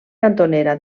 cantonera